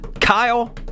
Kyle